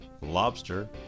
lobster